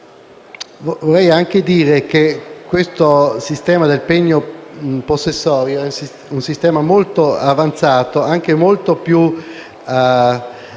Vorrei anche dire che questo sistema del pegno possessorio è molto avanzato e anche molto più moderno